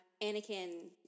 Anakin